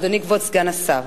אדוני כבוד סגן השר,